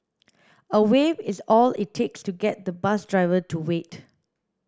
a wave is all it takes to get the bus driver to wait